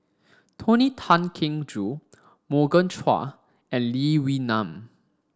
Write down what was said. Tony Tan Keng Joo Morgan Chua and Lee Wee Nam